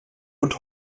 und